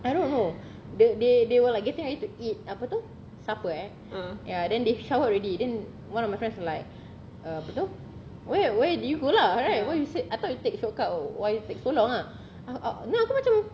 I don't know they they they were getting ready to eat apa tu supper eh ya then they showered already then one of my friends like err apa tu where where did you go lah right why you said I thought you take shortcut oh why you take so long ah I'm uh then aku macam